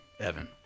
Evan